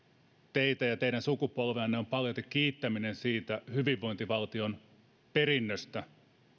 teitä ja teidän sukupolveanne on paljolti kiittäminen siitä hyvinvointivaltion perinnöstä